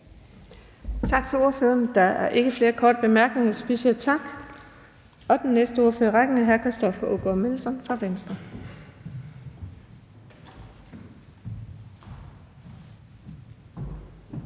Tak til ordføreren. Der er ikke flere korte bemærkninger, så vi siger tak. Den næste ordfører i rækken er hr. Christoffer Aagaard Melson fra Venstre.